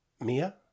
Mia